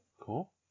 Cool